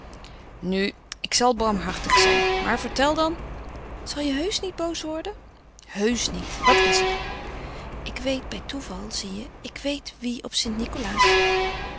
nu ik zal barmhartig zijn maar vertel dan zal je heusch niet boos worden heusch niet wat is er ik weet bij toeval zie je ik weet wie op st nicolaas